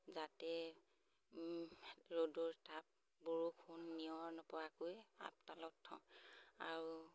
যাতে ৰ'দৰ তাপ বৰষুণ নিয়ৰ নপৰাকৈ আপদালত থওঁ আৰু